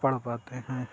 پڑھ پاتے ہیں